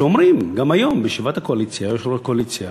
שאומרים היום בישיבת הקואליציה,